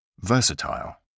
Versatile